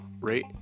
rate